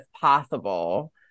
possible